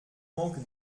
manque